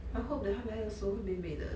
I hope that 他来的时候会美美的